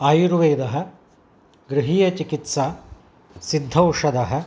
आयुर्वेदः गृहीयचिकित्सा सिद्धौषधः